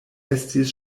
estis